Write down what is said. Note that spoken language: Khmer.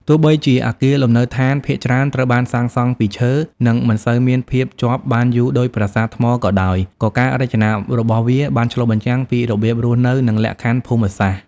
ទោះបីជាអគារលំនៅឋានភាគច្រើនត្រូវបានសាងសង់ពីឈើ និងមិនសូវមានភាពជាប់បានយូរដូចប្រាសាទថ្មក៏ដោយ ក៏ការរចនារបស់វាបានឆ្លុះបញ្ចាំងពីរបៀបរស់នៅ និងលក្ខខណ្ឌភូមិសាស្ត្រ។